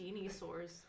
dinosaurs